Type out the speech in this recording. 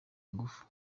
ingufu